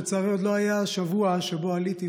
לצערי, עוד לא היה שבוע שבו עליתי ואמרתי,